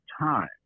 time